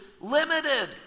limited